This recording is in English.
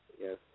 Yes